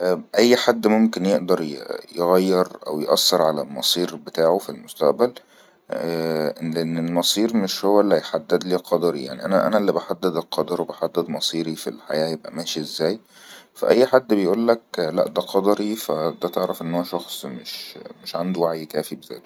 أي حد ممكن يقدر يغير أو يأثر على المصير بتاعه في المستئبل إن-ان المصير مش هو اللي هيحدد لي قدري أنا اللي بحدد القدر وبحدد مصيري في الحياة يبقى ماشي إزاي فأي حد بيقول لك لا ده قدري فده اعرف أعرف أنه شخص مش عنده وعي كافي بزاته